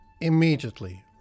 immediately